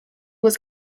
was